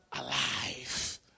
alive